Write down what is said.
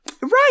Right